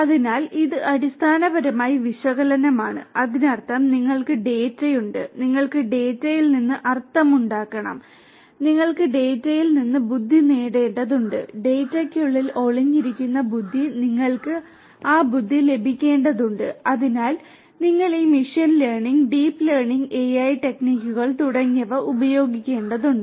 അതിനാൽ അത് അടിസ്ഥാനപരമായി വിശകലനമാണ് അതിനർത്ഥം നിങ്ങൾക്ക് ഡാറ്റയുണ്ട് നിങ്ങൾ ഡാറ്റയിൽ നിന്ന് അർത്ഥമുണ്ടാക്കണം നിങ്ങൾ ഡാറ്റയിൽ നിന്ന് ബുദ്ധി നേടേണ്ടതുണ്ട് ഡാറ്റയ്ക്കുള്ളിൽ ഒളിഞ്ഞിരിക്കുന്ന ബുദ്ധി നിങ്ങൾക്ക് ആ ബുദ്ധി ലഭിക്കേണ്ടതുണ്ട് അതിനായി നിങ്ങൾ ഈ machine learning deep learning AI ടെക്നിക്കുകൾ തുടങ്ങിയവ ഉപയോഗിക്കേണ്ടതുണ്ട്